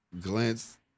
glance